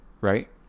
Right